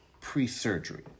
pre-surgery